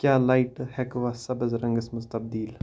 کیاہ لایٹہٕ ہیٚکہ وہ سبز رنگس منٛز تبدیل ؟